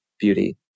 beauty